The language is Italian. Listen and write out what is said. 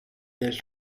del